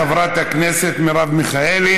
תודה לחברת הכנסת מרב מיכאלי.